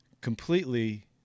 completely